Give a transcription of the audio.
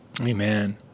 Amen